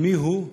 למי הוא,